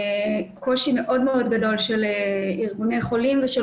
קושי מאוד מאוד גדול של ארגוני חולים ושל